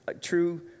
true